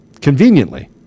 Conveniently